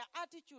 attitude